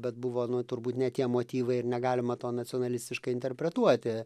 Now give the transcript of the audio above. bet buvo nu turbūt ne tie motyvai ir negalima to nacionalistiškai interpretuoti